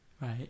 Right